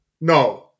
No